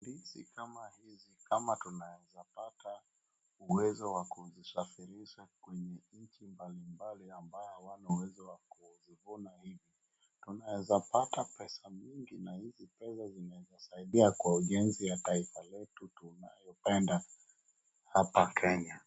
Ndizi kama hizi kama tunaweza pata uwezo wa kuzisafirisha kwenye nchi mbalimbali ambaye hawana uwezo wa kuzivuna hivi. Tunaweza pata pesa mingi na hizi pesa zinaweza saidia kwa ujenzi ya taifa letu tunayopenda hapa Kenya.